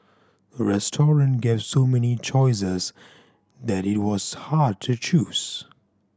the restaurant gave so many choices that it was hard to choose